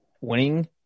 winning